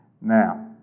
Now